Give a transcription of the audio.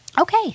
Okay